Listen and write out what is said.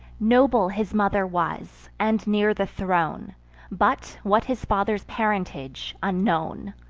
noble his mother was, and near the throne but, what his father's parentage, unknown.